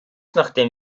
nachdem